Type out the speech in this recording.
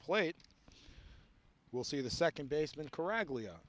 plate will see the second baseman correctly o